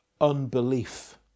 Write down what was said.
unbelief